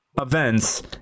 events